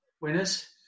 winners